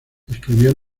escribió